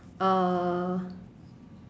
uh